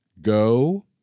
Go